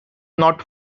not